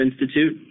Institute